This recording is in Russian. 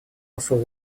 посол